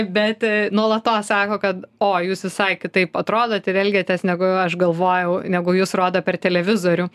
bet nuolatos sako kad o jūs visai kitaip atrodot ir elgiatės negu aš galvojau negu jus rodo per televizorių